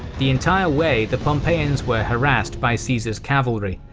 the entire way the pompeians were harassed by caesar's cavalry,